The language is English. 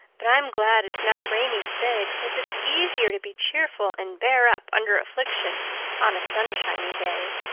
but i'm glad it's not rainy today because it's easier to be cheerful and bear up under affliction on a sunshiny day.